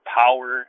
power